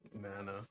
Mana